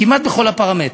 כמעט בכל הפרמטרים.